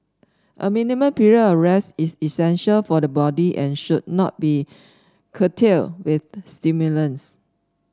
a minimum period of rest is essential for the body and should not be curtailed with stimulants